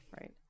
right